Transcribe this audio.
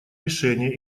решения